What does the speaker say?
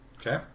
Okay